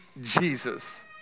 Jesus